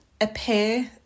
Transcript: appear